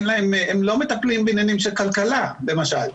הם לא מטפלים בעניינים של כלכלה למשל,